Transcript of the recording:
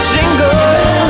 Jingle